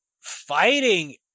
fighting